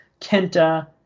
Kenta